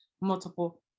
multiple